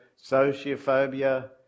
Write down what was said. sociophobia